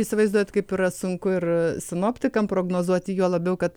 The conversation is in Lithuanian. įsivaizduojat kaip yra sunku ir sinoptikam prognozuoti juo labiau kad